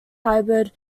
hybrid